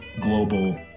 global